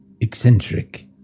Eccentric